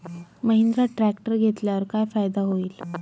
Mahindra tractor घेतल्यावर काय फायदा होईल?